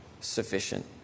sufficient